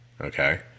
okay